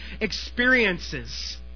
experiences